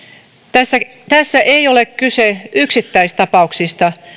tässä tässä ei ole kyse yksittäistapauksista